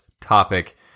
topic